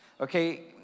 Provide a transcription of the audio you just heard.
Okay